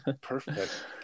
perfect